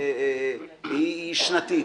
הוא שנתי.